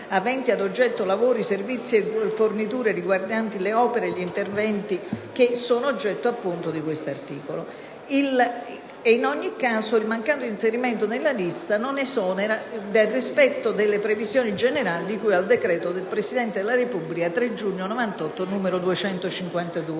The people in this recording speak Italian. aventi ad oggetti lavori, servizi e forniture riguardanti le opere e gli interventi oggetto del presente articolo. In ogni caso, il mancato inserimento nella lista non esonera dal rispetto delle previsioni di cui al decreto del Presidente della Repubblica 3 giugno 1998, n. 252».